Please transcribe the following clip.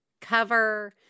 cover